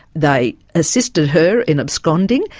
they assisted her in absconding,